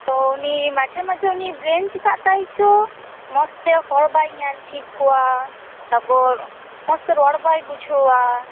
ᱛᱚ ᱩᱱᱤ ᱢᱟᱡᱷᱮ ᱢᱟᱡᱷᱮ ᱩᱱᱤ ᱵᱨᱮᱱ ᱪᱮᱠᱟᱜ ᱛᱟᱭᱪᱚ ᱢᱚᱥᱛᱮ ᱦᱚᱲ ᱵᱟᱭ ᱧᱮᱞ ᱴᱷᱤᱠ ᱠᱚᱣᱟ ᱛᱟᱯᱚᱨ ᱢᱚᱥᱛᱮ ᱨᱚᱲ ᱵᱟᱭ ᱵᱩᱡᱷᱟᱹᱣᱟ